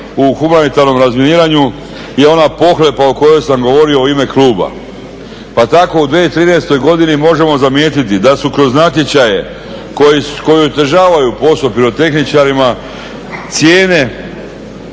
u humanitarnom razminiranju je ona pohlepa o kojoj sam govorio u ime kluba pa tako u 2013. godini možemo zamijetiti da su kroz natječaje koji … posao pirotehničarima cijene,